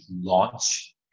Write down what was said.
launch